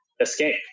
escape